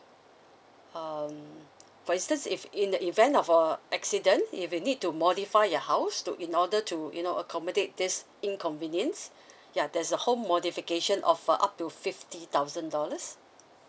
um for instance if in the event of a accidents if you need to modify your house to in order to you know accommodate this inconvenience ya there's a whole modification of uh up to fifty thousand dollars